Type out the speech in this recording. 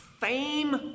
fame